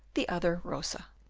the other rosa.